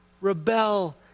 rebel